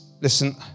listen